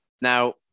now